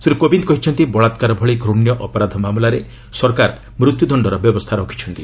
ଶ୍ରୀ କୋବିନ୍ଦ କହିଛନ୍ତି ବଳାତ୍କାର ଭଳି ଘୂଶ୍ୟ ଅପରାଧ ମାମଲାରେ ସରକାର ମୃତ୍ୟୁ ଦଶ୍ଚର ବ୍ୟବସ୍ଥା ରଖିଛନ୍ତି